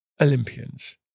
Olympians